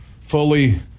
fully